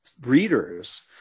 readers